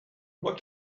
what